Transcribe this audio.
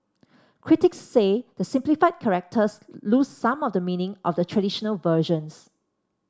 critics say the simplified characters lose some of the meaning of the traditional versions